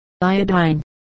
Iodine